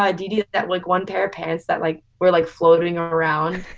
ah dede, yeah that like one pair of pants that like we're like floating around?